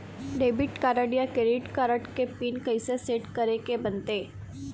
Debit card या credit card के PIN कइसे सेट करे के बनते?